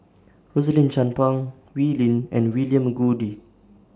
Rosaline Chan Pang Wee Lin and William Goode